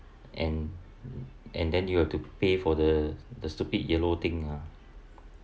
and and then you have to pay for the the stupid yellow thing ah